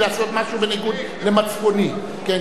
בסדר,